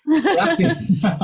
practice